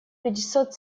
пятьдесят